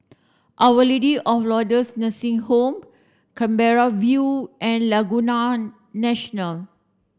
our Lady of Lourdes Nursing Home Canberra View and Laguna National